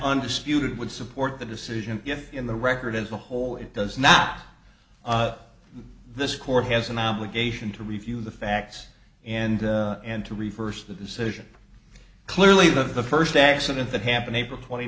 undisputed would support the decision if in the record as a whole it does not this court has an obligation to review the facts and and to reverse the decision clearly the first accident that happened april twenty